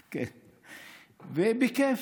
ובכיף,